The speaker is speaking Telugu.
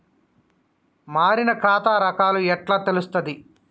మారిన ఖాతా రకాలు ఎట్లా తెలుత్తది?